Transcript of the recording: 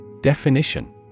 Definition